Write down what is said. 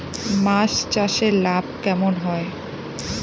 মাছ চাষে লাভ কেমন হয়?